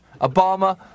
Obama